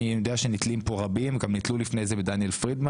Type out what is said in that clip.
אני יודע שרבים נתלים כאן וגם נתלו לפני כן בדניאל פרידמן